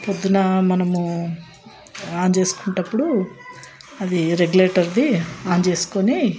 పొద్దున మనము ఆన్ చేసుకునేటప్పుడు అది రెగ్యులేటర్ది ఆన్ చేసుకుని